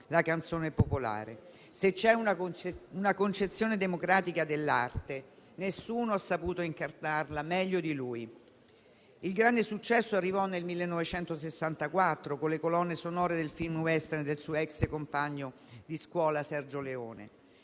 profondamente. Se c'è una concezione democratica dell'arte, nessuno ha saputo incarnarla meglio di lui. Il grande successo arrivò nel 1964, con le colonne sonore dei film western del suo ex compagno di scuola Sergio Leone.